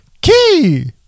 key